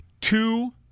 two